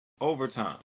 overtime